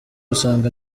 usanga